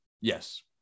Yes